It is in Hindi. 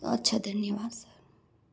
अच्छा धन्यवाद सर